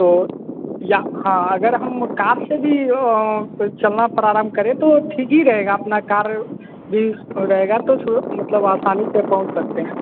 तो या हाँ अगर हम कार से भी अ चलना प्रारंभ करें तो ठीक ही रहेगा अपना कार भी रहेगा तो सु मतलब आसानी से पहुँच सकते हैं